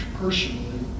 personally